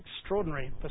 extraordinary